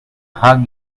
hug